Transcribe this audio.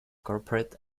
corporate